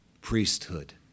priesthood